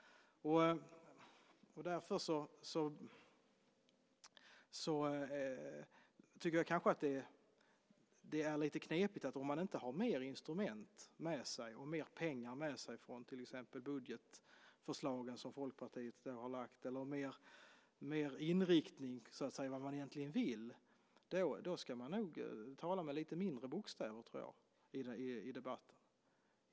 Om man inte har fler instrument med sig, mer pengar med sig från till exempel Folkpartiets budgetförslag eller mer inriktning när det gäller vad man egentligen vill, då ska man nog tala med lite mindre bokstäver i debatten.